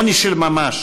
עוני של ממש,